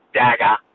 dagger